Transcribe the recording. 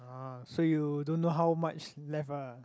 uh so you don't know how much left ah